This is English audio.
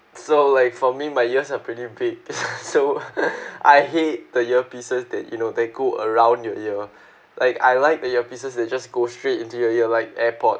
so like for me my ears are pretty big so I hate the earpieces that you know they go around your ear like I like the earpieces that just go straight into your ear like airpod